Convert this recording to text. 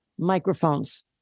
microphones